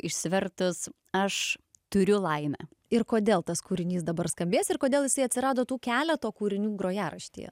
išsivertus aš turiu laimę ir kodėl tas kūrinys dabar skambės ir kodėl jisai atsirado tų keleto kūrinių grojaraštyje